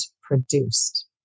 produced